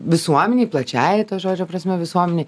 visuomenei plačiąja to žodžio prasme visuomenei